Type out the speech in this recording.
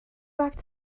back